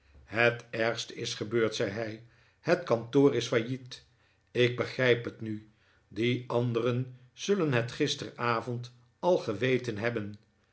het ergste is gebeurd zei hij het kantoor is failliet ik begrijp het nu die anderen zullen het gisteravond al geweten hebben